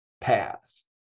paths